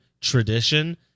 tradition